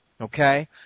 Okay